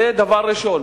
זה דבר ראשון.